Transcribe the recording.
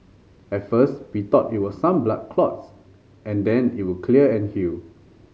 at first we thought it was some blood clots and then it would clear and heal